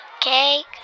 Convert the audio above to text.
cake